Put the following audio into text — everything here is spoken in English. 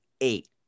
eight